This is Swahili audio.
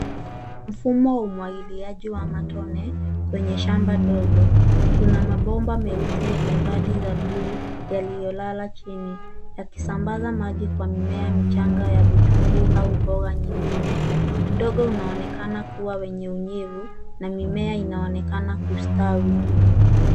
Mfumo wa umwangiliaji wa matone kwenye shamba dogo. Kuna mabomba meusi yenye vali za blue , yaliolala chini. Yakisambaza maji kwa mimea michanga ya vitunguu, au mboga nyingine. Udongo unaonekana kuwa wenye unyevu, na mimea inaonekana kustawi.